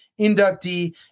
inductee